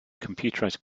computerized